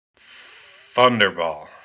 Thunderball